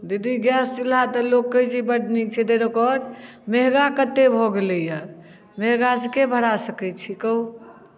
दीदी गैस चूल्हा तऽ लोक कहै छै बड्ड नीक छै फेर ओकर महगा कते हो गेलैए महगासँ के भरा सकै छी कहु